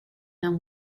and